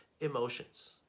emotions